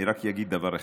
אני רק אגיד דבר אחד: